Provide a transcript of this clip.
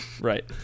Right